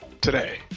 today